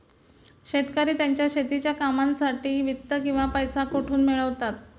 शेतकरी त्यांच्या शेतीच्या कामांसाठी वित्त किंवा पैसा कुठून मिळवतात?